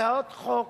הצעות חוק